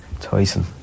Tyson